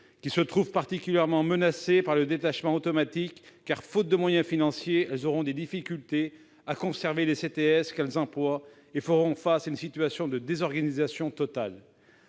sont particulièrement menacées par le détachement automatique, car, faute de moyens financiers, elles auront des difficultés à conserver les CTS qu'elles emploient et feront face à une situation de désorganisation totale.